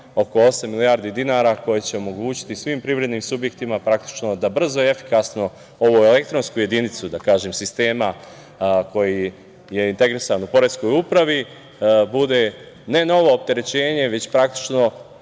oko osam milijardi dinara, koja će omogućiti svim privrednim subjektima praktično da brzo i efikasno ovu elektronsku jedinicu sistema koji je integrisan u Poreskoj upravi bude, ne novo opterećenje, već praktično